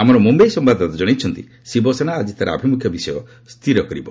ଆମର ମ୍ରମ୍ୟାଇ ସମ୍ବାଦଦାତା ଜଣାଇଛନ୍ତି ଶିବସେନା ଆଜି ତା'ର ଆଭିମ୍ରଖ୍ୟ ବିଷୟ ସ୍ଥିର କରିବ